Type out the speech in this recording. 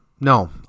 No